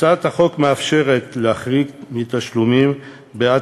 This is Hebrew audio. הצעת החוק מאפשרת להחריג מהתשלום בעד